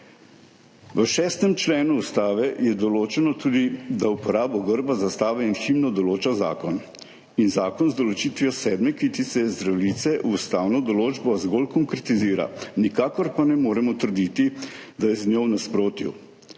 V 6. členu ustave je določeno tudi, da uporabo grba, zastave in himne določa zakon. Zakon z določitvijo sedme kitice Zdravljice ustavno določbo zgolj konkretizira, nikakor pa ne moremo trditi, da je z njo v nasprotju.